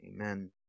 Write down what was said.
Amen